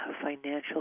financial